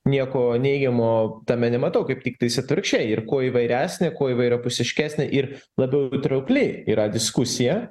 nieko neigiamo tame nematau kaip tiktais atvirkščiai ir kuo įvairesnė kuo įvairiapusiškesnė ir labiau patraukli yra diskusija